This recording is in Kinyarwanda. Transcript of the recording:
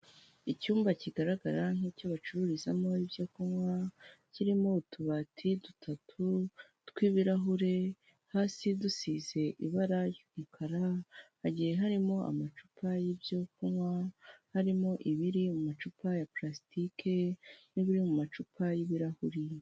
Icyumba kigaragara nk'icyo bacururizamo ibyo kunywa, kirimo utubati dutatu tw'ibirahure, hasi dusize ibara ry'umukara. Hagiye harimo amacupa y'ibyo kunywa harimo ibiri mu macupa ya plastike n'ibiri mu macupa y'ibirahuri.